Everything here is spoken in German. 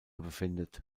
befindet